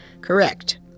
Correct